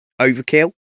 overkill